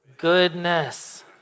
Goodness